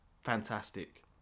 fantastic